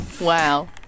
Wow